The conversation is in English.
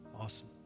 Awesome